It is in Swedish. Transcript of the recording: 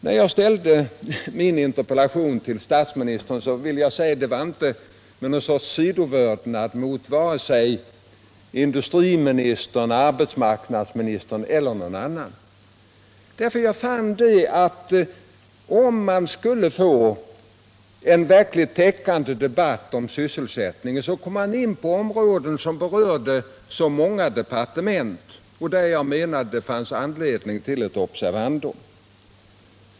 Att jag framställde min interpellation till statsministern berodde inte på sidovördnad för vare sig industriministern, arbetsmarknadsministern eller någon annan i regeringen, utan på att jag ansåg att man för att få en verkligt täckande debatt om sysselsättningen skulle behöva gå in på områden som berörde många departement och där jag menade att det fanns anledning till ett observandum.